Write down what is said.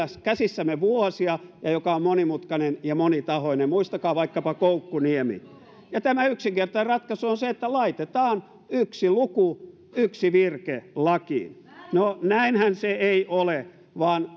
käsissämme vuosia ja joka on monimutkainen ja monitahoinen muistakaa vaikkapa koukkuniemi ja tämä yksinkertainen ratkaisu on se että laitetaan yksi luku yksi virke lakiin no näinhän se ei ole vaan